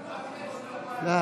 די,